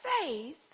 faith